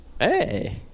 Hey